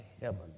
heaven